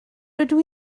rydw